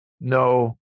no